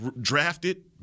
drafted